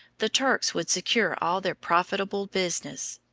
the turks would secure all their profitable business.